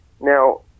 Now